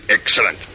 Excellent